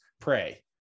pray